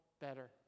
better